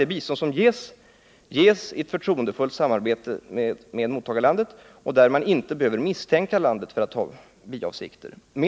Det bistånd som ges lämnas i ett förtroendefullt samarbete med mottagarlandet, varvid man inte behöver misstänka givarlandet för att ha biavsikter.